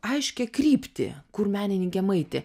aiškią kryptį kur menininkėm eiti